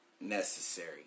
necessary